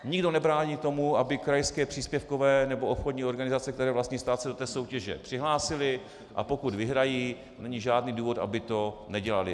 Nikdo nebrání tomu, aby krajské příspěvkové nebo obchodní organizace, které vlastní stát, se do té soutěže přihlásily, a pokud vyhrají, není žádný důvod, aby to nedělaly.